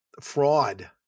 fraud